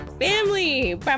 family